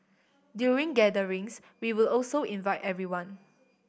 during gatherings we would also invite everyone